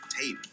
tape